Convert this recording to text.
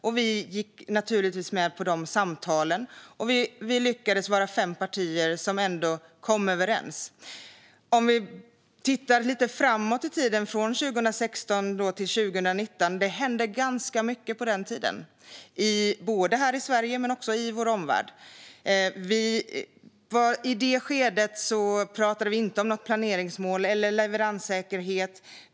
Vi var naturligtvis med på de olika samtalen. Vi lyckades vara fem partier som ändå kom överens. Om vi tittar lite framåt i tiden från 2016 till 2019 hände det ganska mycket på den tiden både i Sverige och i vår omvärld. I det skedet talade vi inte om något planeringsmål eller leveranssäkerhet.